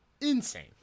insane